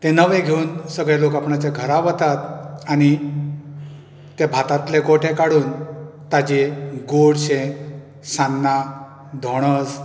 तें नवें घेवून सगळे लोक आपल्याच्या घरा वतात आनी ते भातांतले गोटे काडून ताचें गोडशें सान्नां धोणस